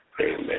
Amen